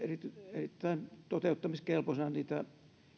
erittäin toteuttamiskelpoisina niitä